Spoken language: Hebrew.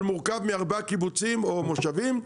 אבל שמורכב מארבעה קיבוצים או מושבים".